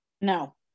No